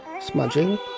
smudging